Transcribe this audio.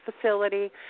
facility